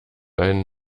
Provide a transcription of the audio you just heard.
einen